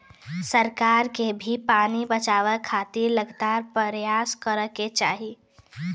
सरकार के भी पानी बचावे खातिर लगातार परयास करे के चाही